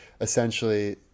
Essentially